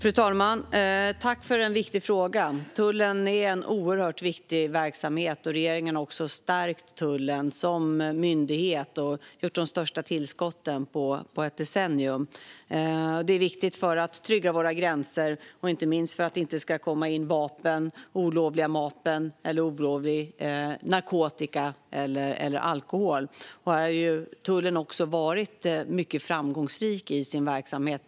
Fru talman! Jag tackar för en viktig fråga. Tullen är en oerhört viktig verksamhet. Regeringen har stärkt tullen som myndighet och gjort de största tillskotten på ett decennium. Detta är viktigt för att trygga våra gränser och inte minst för att det inte olovligt ska komma in vapen, narkotika eller alkohol. Här har tullen varit mycket framgångsrik i sin verksamhet.